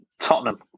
Tottenham